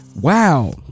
wow